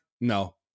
no